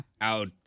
out